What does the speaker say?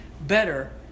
better